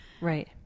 Right